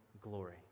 glory